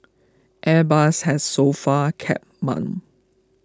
airbus has so far kept mum